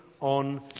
on